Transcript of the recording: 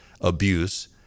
abuse